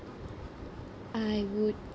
I would